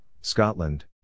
Scotland